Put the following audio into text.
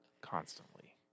constantly